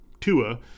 Tua –